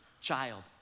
child